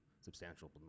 substantial